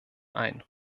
ein